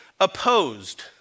opposed